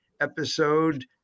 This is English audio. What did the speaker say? episode